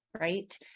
right